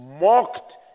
mocked